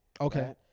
okay